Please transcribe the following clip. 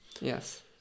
Yes